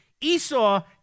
Esau